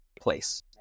place